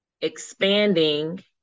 expanding